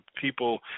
people